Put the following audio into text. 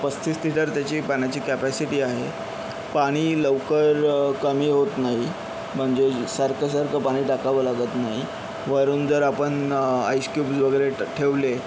पस्तीस लिटर त्याची पाण्याची कॅपॅसिटी आहे पाणी लवकर कमी होत नाही म्हणजे सारखं सारखं पाणी टाकावं लागत नाही वरून जर आपण आइस क्यूबस् वगैरे ठेवले